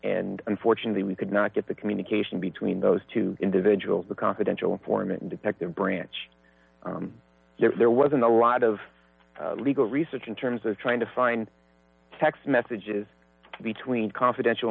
and unfortunately we could not get the communication between those two individuals the confidential informant and detective branch there wasn't a lot of legal research in terms of trying to find text messages between confidential